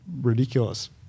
ridiculous